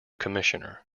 commissioner